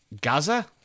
gaza